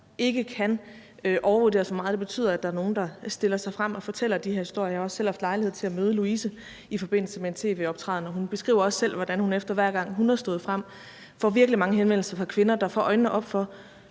det kan overvurderes, hvor meget det betyder, at der er nogen, der stiller sig frem og fortæller de historier. Jeg har også selv haft lejlighed til at møde Louise i forbindelse med en tv-optræden, og hun beskriver også selv, hvordan hun, efter hver gang hun er stået frem, får virkelig mange henvendelser fra kvinder, der får øjnene op for: